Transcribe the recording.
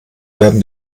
werden